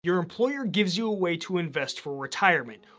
your employer gives you a way to invest for retirement.